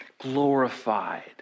glorified